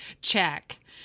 check